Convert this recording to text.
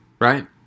right